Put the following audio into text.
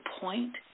point